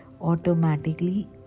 automatically